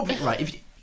Right